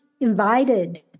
invited